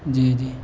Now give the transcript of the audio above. جی جی